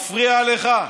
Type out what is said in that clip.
מפריע לך?